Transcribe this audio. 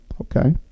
Okay